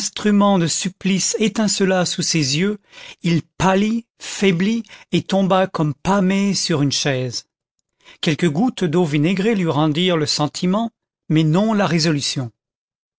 supplice étincela sous ses yeux il pâlit faiblit et tomba comme pâmé sur une chaise quelques gouttes d'eau vinaigrée lui rendirent le sentiment mais non la résolution